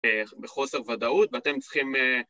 ‫בחוסר ודאות, ואתם צריכים...